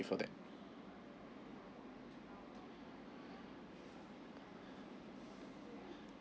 for that